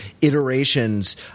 iterations